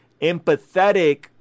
empathetic